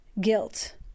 guilt